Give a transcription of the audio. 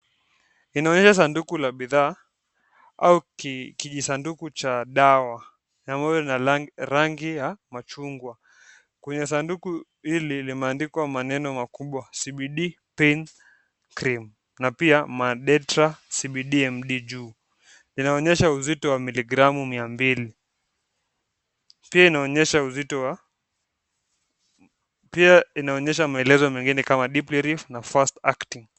Inaonyesha sanduku la bidhaa au kijisanduku cha dawa ambayo ni ya rangi ya machungwa. Kwenye sanduku hili limeandikwa maneno makubwa CBD pain cream na pia Madetra CBD Md juu. Inaonyesha uzito ma milingramu mia mbili pia inaonyesha uzito wa, pia inaonyesha maneno mengine kama deep relieve na fast acting .